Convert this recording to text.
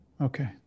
okay